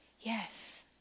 yes